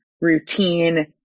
routine